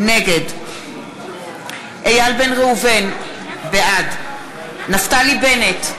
נגד איל בן ראובן, בעד נפתלי בנט,